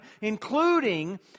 including